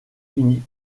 unis